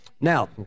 now